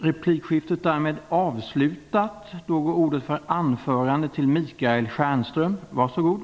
Mats Odell anmäler att han inte har rätt till fler repliker i detta replikskifte. Detta replikskifte är härmed avslutat.